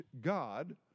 God